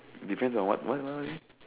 depends on what what what again